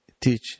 teach